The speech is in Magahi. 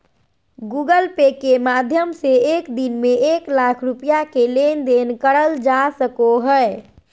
गूगल पे के माध्यम से एक दिन में एक लाख रुपया के लेन देन करल जा सको हय